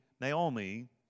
Naomi